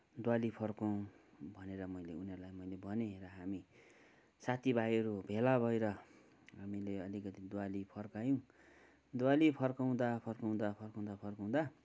दुवाली फर्काउँ भनेर मैले उनीहरूलाई मैले भनेँ र हामी साथीभाइहरू भेला भएर हामीले अलिकति दुवाली फर्कायौँ दुवाली फर्काउँदा फर्काउँदा फर्काउँदा फर्काउँदा